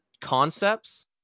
concepts